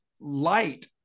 light